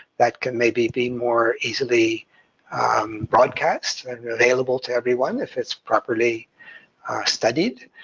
that can maybe be more easily broadcast, and made available to everyone if it's properly studied,